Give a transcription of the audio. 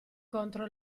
contro